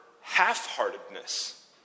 half-heartedness